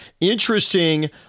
Interesting